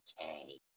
okay